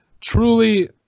truly